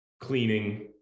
cleaning